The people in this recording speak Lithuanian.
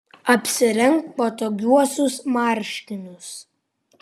apsirenk patogiuosius marškinius